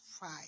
five